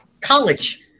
college